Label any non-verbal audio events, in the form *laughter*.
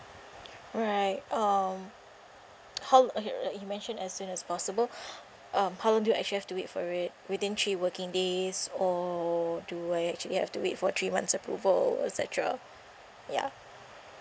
alright um how okay no you mentioned as soon as possible *breath* um how long do I actually have to wait for it within three working days or do I actually have to wait for three months approval etcetera ya